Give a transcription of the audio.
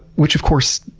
which of course